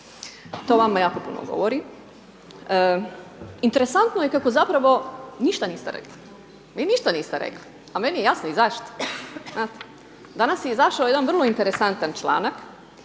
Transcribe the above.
o vama jako puno govori. Interesantno je kako zapravo ništa niste rekli, vi ništa niste rekli, a meni je jasno i zašto, znate. Danas je izašao jedan vrlo interesantan članak